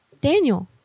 Daniel